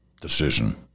decision